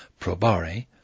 probare